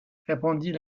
répondit